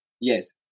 yes